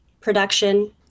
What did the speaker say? production